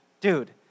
dude